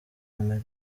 pamela